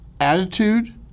attitude